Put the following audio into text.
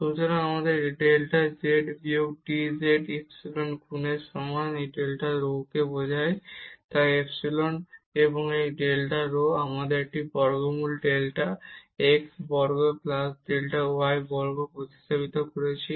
সুতরাং আমাদের delta z বিয়োগ এই dz ইপসিলন গুণের সমান এই ডেল্টা রো যা বোঝায় তাই ইপসিলন এবং এই ডেল্টা রো আমরা একটি বর্গমূল ডেল্টা x বর্গ প্লাস ডেল্টা y বর্গ প্রতিস্থাপিত করেছি